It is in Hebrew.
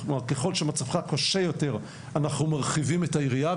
כלומר: ככל שמצבך קשה יותר אנחנו מרחיבים את היריעה.